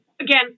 Again